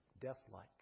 Death-like